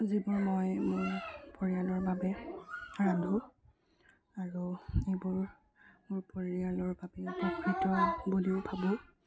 যিবোৰ মই মোৰ পৰিয়ালৰ বাবে ৰান্ধোঁ আৰু এইবোৰ মোৰ পৰিয়ালৰ বাবে উপকৃত বুলিও ভাবোঁ